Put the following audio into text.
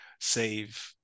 save